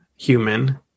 human